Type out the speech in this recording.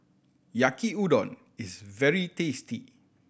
Yaki Udon is very tasty